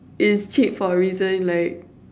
is cheap for reason like